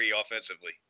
offensively